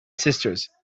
sisters